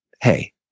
hey